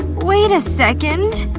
wait a second.